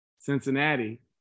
Cincinnati